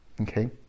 okay